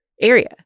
area